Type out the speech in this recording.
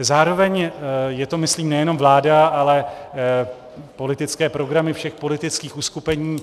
Zároveň je to myslím nejenom vláda, ale politické programy všech politických uskupení.